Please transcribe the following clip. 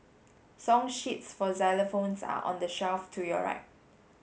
song sheets for xylophones are on the shelf to your right